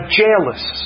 jealous